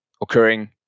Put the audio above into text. occurring